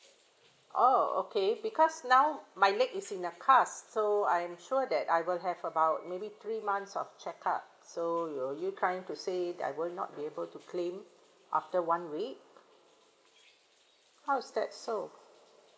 oh okay because now my leg is in a cast so I'm sure that I will have about maybe three months of check up so will you trying to say that I will not be able to claim after one week how is that so